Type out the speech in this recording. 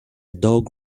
dog